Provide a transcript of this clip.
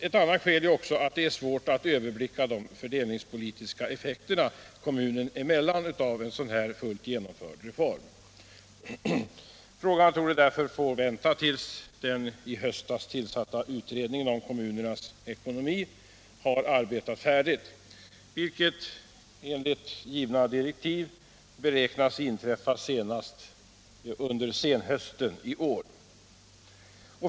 Ett annat skäl är att det är svårt att överblicka de fördelningspolitiska effekterna kommunerna emellan av en fullt genomförd reform. Frågan torde därför få vänta tills den i höstas tillsatta utredningen om kommunernas ekonomi har arbetat färdigt, vilket enligt direktiven beräknas inträffa senast under senhösten i år.